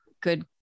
Good